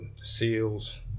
seals